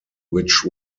which